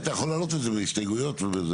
אז הוא לא יכול להשתמש בעוזר שלו בגלל זה.